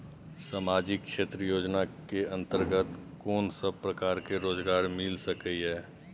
सामाजिक क्षेत्र योजना के अंतर्गत कोन सब प्रकार के रोजगार मिल सके ये?